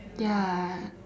ya